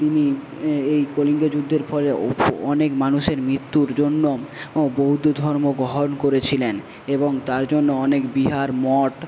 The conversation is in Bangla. তিনি এই কলিঙ্গ যুদ্ধের ফলে অনেক মানুষের মৃত্যুর জন্য বৌদ্ধ ধর্ম গ্রহণ করেছিলেন এবং তার জন্য অনেক বিহার মঠ